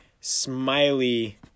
smiley